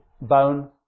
bone